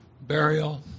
burial